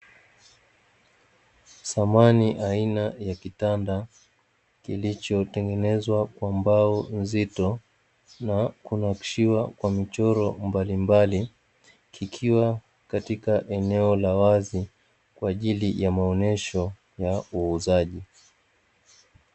Samani aina ya kitanda kilichotengenezwa kwa mbao nzito na kunakushiwa kwa michoro mbalimbali ikiwa katika eneo la wazi kwa ajili ya maonesho ya uuzaji.